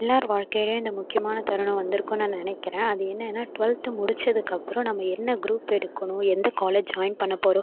எல்லார் வாழ்க்கைலையும் இந்த முக்கியமான தருணம் வந்திருக்கும்னு நான் நினைக்கிறேன் அது என்னனா ட்வல்த்து முடித்ததுக்கப்றோம் நம்ம என்ன குரூப் எடுக்கணும் எந்த காலேஜ் ஜாய்ன் பண்ண போறோம்